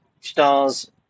stars